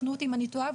תקנו אותי אם אני טועה,